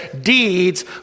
deeds